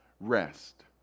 rest